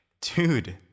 dude